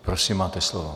Prosím, máte slovo.